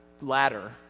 ladder